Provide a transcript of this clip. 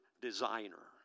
designer